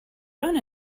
run